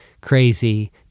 crazy